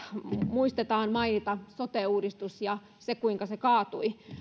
muistetaan mainita sote uudistus ja se kuinka se kaatui